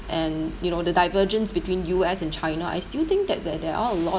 and you know the divergence between U_S and China I still think that there there are a lot